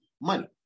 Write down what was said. money